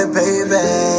baby